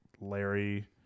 Larry